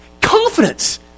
Confidence